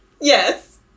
Yes